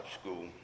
school